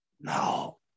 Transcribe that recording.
No